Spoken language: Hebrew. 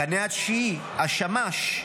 הקנה התשיעי", השמש,